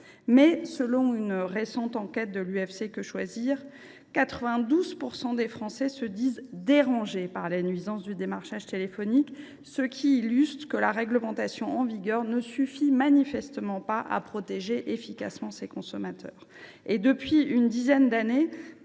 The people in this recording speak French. Selon une récente enquête de l’UFC Que Choisir, 92 % des Français se disent dérangés par les nuisances du démarchage téléphonique, ce qui illustre le fait que la réglementation en vigueur ne suffit manifestement pas à protéger efficacement les consommateurs. Depuis une dizaine d’années,